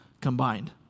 combined